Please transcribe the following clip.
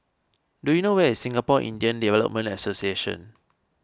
do you know where is Singapore Indian Development Association